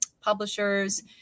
publishers